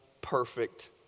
perfect